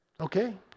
Okay